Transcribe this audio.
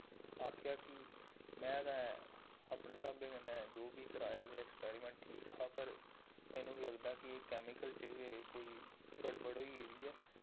आखेआ कि में ते अपने स्हाबै कन्नै जो बी कराया ते एक्सपेरिमेंट ठीक हा पर मैनूं लगदा कि एह् केमिकल च गै कोई गड़बड़ होई गेदी ऐ